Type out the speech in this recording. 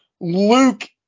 Luke